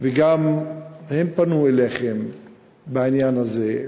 וגם הם פנו אליכם בעניין הזה,